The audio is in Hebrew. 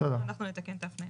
אנחנו נתקן את ההפניה.